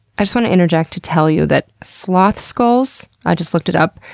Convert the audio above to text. i just want to interject to tell you that sloth skulls, i just looked it up,